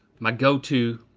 my go to,